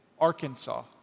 Arkansas